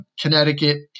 Connecticut